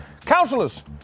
Counselors